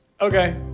Okay